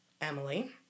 Emily